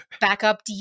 backup